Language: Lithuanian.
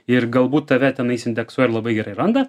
ir galbūt tave tenai indeksuoja labai gerai randa